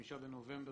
5 בנובמבר